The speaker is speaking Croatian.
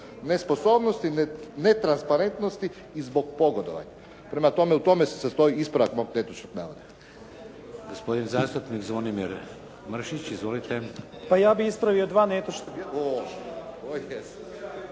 nesposobnosti, netransparentnosti i zbog pogodovanja. Prema tome u tome se sastoji ispravak mog netočnog